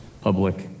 public